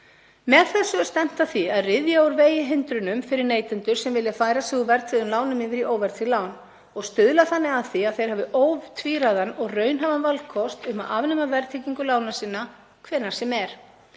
Með þessu er stefnt að því að ryðja úr vegi hindrunum fyrir neytendur sem vilja færa sig úr verðtryggðum lánum yfir í óverðtryggð lán og stuðla þannig að því að þeir hafi ótvíræðan og raunhæfan valkost um að afnema verðtryggingu lána sinna hvenær sem er.